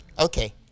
Okay